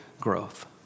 growth